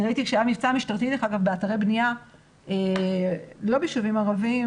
ראיתי כשהיה מבצע משטרתי באתרי בנייה לא בישובים ערביים